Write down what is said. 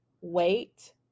wait